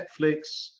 Netflix